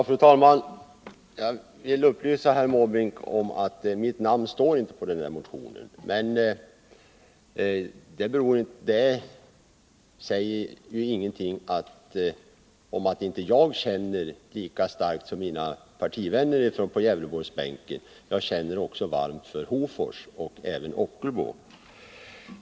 Fru talman! Jag vill upplysa Bertil Måbrink om att mitt namn inte står på den motion som Bertil Måbrink åsyftade. Men det betyder inte att jag skulle känna mindre starkt för den än vad mina partivänner på Gävleborgsbänken gör. Också jag känner varmt för Hofors och Ockelbo.